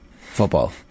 football